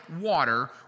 water